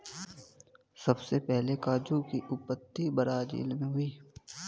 सबसे पहले काजू की उत्पत्ति ब्राज़ील मैं हुई थी